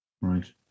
Right